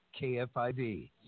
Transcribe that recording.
KFIV